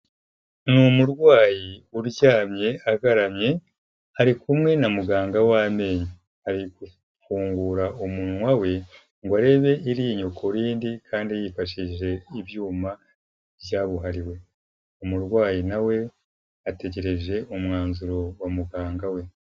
Ni umurwayi uryamye agaramye, ari kumwe na muganga w'amenyo, ari gufungura umunwa we ngo arebe iryinyo ku rindi, kandi yifashishije ibyuma byabuhariwe, umurwayi nawe ategereje umwanzuro wa muganga we.